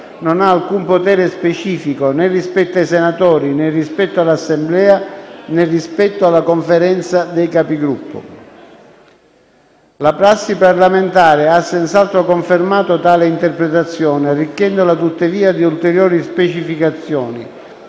non ha alcun potere specifico né rispetto ai senatori, né rispetto all'Assemblea, né rispetto alla Conferenza dei Capigruppo. La prassi parlamentare ha senz'altro confermato tale interpretazione, arricchendola tuttavia di ulteriori specificazioni,